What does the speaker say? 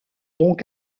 donc